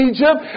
Egypt